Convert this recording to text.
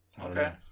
Okay